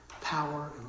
Power